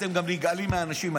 אתם גם נגעלים מהאנשים האלה.